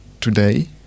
today